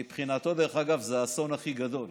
מבחינתו, דרך אגב, זה האסון הכי גדול